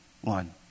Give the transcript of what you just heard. one